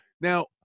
Now